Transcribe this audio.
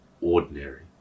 ordinary